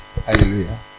Hallelujah